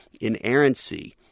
inerrancy